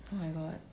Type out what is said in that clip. oh my god